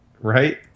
Right